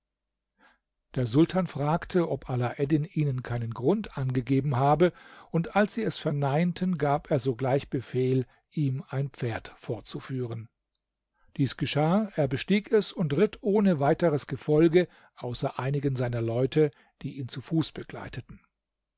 der sultan fragte ob alaeddin ihnen keinen grund angegeben habe und als sie es verneinten gab er sogleich befehl ihm ein pferd vorzuführen dies geschah er bestieg es und ritt ohne weiteres gefolge außer einigen seiner leute die ihn zu fuß begleiteten